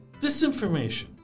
disinformation